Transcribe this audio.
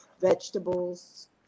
vegetables